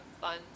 fun